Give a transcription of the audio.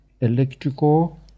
electrical